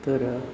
तर